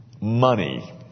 money